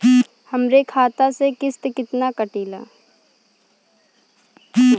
हमरे खाता से कितना किस्त कटी?